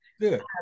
Good